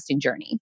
journey